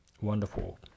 wonderful